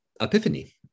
epiphany